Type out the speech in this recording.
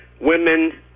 women